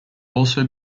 also